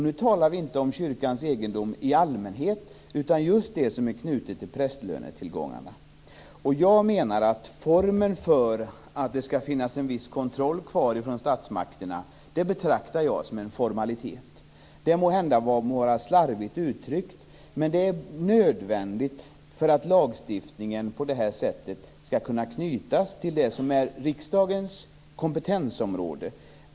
Nu talar vi inte om kyrkans egendom i allmänhet utan just det som är knutet till prästlönetillgångarna. Att det skall finnas en viss kontroll kvar från statsmakterna betraktar jag som en formalitet. Det var måhända slarvigt uttryckt, men det är nödvändigt för att lagstiftningen på det här sättet skall kunna knytas till det som är riksdagens kompetensområde.